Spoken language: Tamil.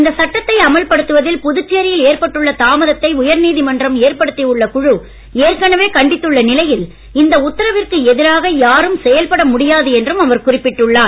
இந்த சட்டத்தை அமல்படுத்துவதில் புதுச்சேரியில் ஏற்பட்டுள்ள தாமதத்தை உச்சநீதிமன்றம் ஏற்படுத்தி உள்ள குழு ஏற்கனவே கண்டித்துள்ள நிலையில் இந்த உத்தரவிற்கு எதிராக யாரும் செயல்பட முடியாது என்றும் அவர் குறிப்பிட்டுள்ளார்